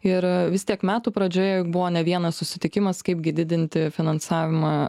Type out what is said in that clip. ir vis tiek metų pradžioje juk buvo ne vienas susitikimas kaipgi didinti finansavimą